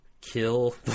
kill